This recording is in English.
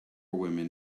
women